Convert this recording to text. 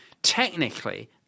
Technically